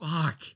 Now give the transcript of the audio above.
Fuck